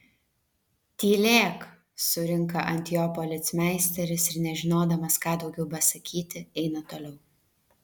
tylėk surinka ant jo policmeisteris ir nežinodamas ką daugiau besakyti eina toliau